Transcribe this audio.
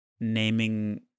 naming